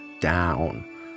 down